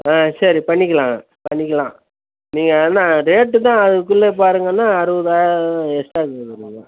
ஆ சரி பண்ணிக்கலாங்க பண்ணிக்கலாம் நீங்கள் என்ன ரேட்டு தான் அதுக்குள்ள பாருங்கன்னா அறுபதா எஸ்ட்டா கேட்குறீங்க